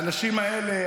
והאנשים האלה,